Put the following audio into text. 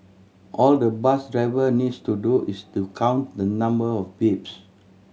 all the bus driver needs to do is to count the number of beeps